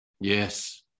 Yes